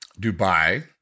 Dubai